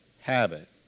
habit